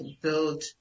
build